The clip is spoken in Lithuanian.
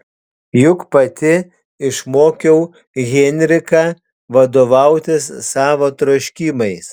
juk pati išmokiau henriką vadovautis savo troškimais